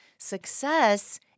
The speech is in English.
Success